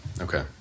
okay